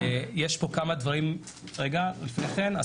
אנחנו